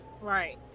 right